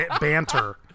banter